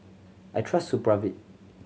I trust Supravit